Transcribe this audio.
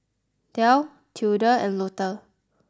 Delle Tilda and Lotta